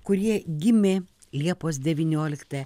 kurie gimė liepos devynioliktą